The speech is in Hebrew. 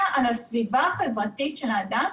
להשפיע על הסביבה החברתית של האדם,